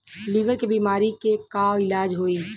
Liver के बीमारी के का इलाज होई?